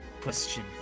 question